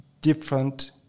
different